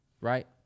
Right